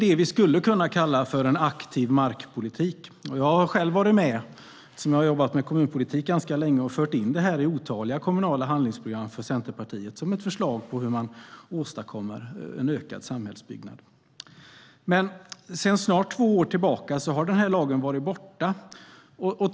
Det skulle vi kunna kalla för en aktiv markpolitik. Eftersom jag har jobbat med kommunpolitik ganska länge har jag själv varit med och fört in detta i otaliga kommunala handlingsprogram för Centerpartiet som ett förslag på hur man åstadkommer en ökad samhällsbyggnad. Sedan snart två år är denna lag borta.